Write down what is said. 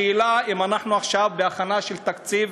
השאלה אם אנחנו עכשיו, בהכנה של תקציב